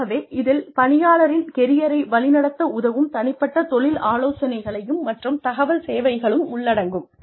ஆகவே இதில் பணியாளரின் கெரியரை வழிநடத்த உதவும் தனிப்பட்ட தொழில் ஆலோசனையும் மற்றும் தகவல் சேவைகளும் உள்ளடங்கும்